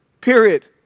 Period